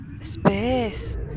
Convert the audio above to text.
Space